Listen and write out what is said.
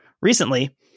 recently